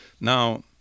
Now